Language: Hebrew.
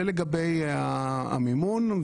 זה לגבי המימון.